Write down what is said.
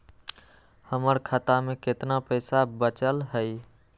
हमर खाता में केतना पैसा बचल हई?